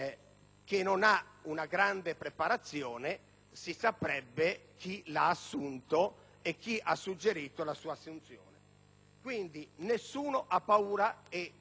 che non ha una grande preparazione si saprebbe chi lo ha assunto o chi ha suggerito la sua assunzione. Quindi, nessuno ha paura.